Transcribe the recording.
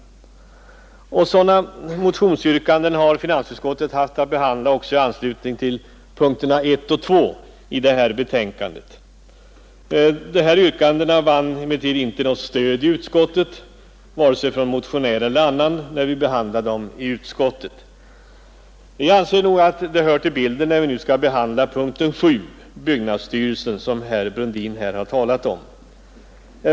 Sådana motionsyrkanden har finansutskottet haft att behandla också i anslutning till punkterna 1 och 2 i detta betänkande. Dessa yrkanden har emellertid inte fått något stöd vid behandlingen i utskottet, vare sig från motionärer eller annan ledamot. Jag anser att detta hör till bilden när vi skall ta ställning till punkten 7, anslag till byggnadsstyrelsen.